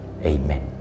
Amen